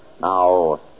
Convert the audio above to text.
Now